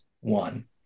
one